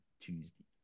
Tuesday